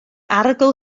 arogl